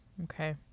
Okay